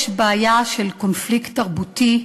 יש בקרב יוצאי אתיופיה בעיה של קונפליקט תרבותי,